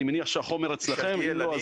אני מניח שהחומר אצלכם ואם לא,